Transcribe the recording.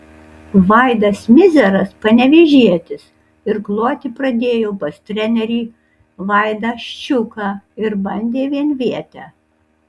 vaidas mizeras panevėžietis irkluoti pradėjo pas trenerį vaidą ščiuką ir bandė vienvietę